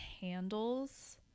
handles